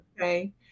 okay